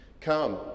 Come